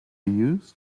use